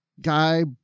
guy